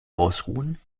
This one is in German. ausruhen